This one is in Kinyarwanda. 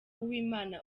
uwimana